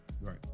Right